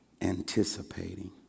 anticipating